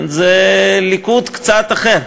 זה ליכוד קצת אחר.